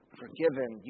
forgiven